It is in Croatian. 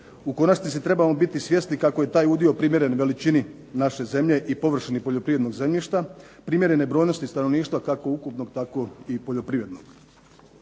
U konačnici trebamo biti svjesni kako je taj udio primjeren veličini naše zemlje i površini poljoprivrednog zemljišta, primjerene brojnosti stanovništva kako ukupnog tako i poljoprivrednog.